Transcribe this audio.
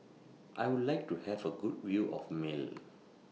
I Would like to Have A Good View of Male